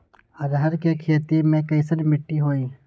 अरहर के खेती मे कैसन मिट्टी होइ?